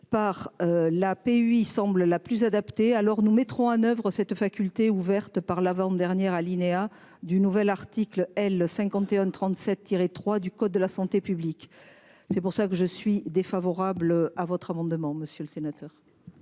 par la APEI lui semble la plus adaptée. Alors, nous mettrons en oeuvre cette faculté ouverte par l'avant-dernier alinéa du nouvel article L 51 37 tiré 3 du code de la santé publique. C'est pour ça que je suis défavorable à votre amendement. Monsieur le sénateur.--